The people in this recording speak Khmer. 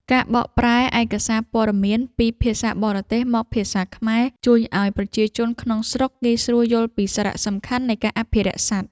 ការបកប្រែឯកសារព័ត៌មានពីភាសាបរទេសមកភាសាខ្មែរ ជួយឱ្យប្រជាជនក្នុងស្រុកងាយស្រួលយល់ពីសារៈសំខាន់នៃការអភិរក្សសត្វ។